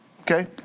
Okay